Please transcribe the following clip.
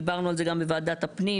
דיברנו על זה גם בוועדת הפנים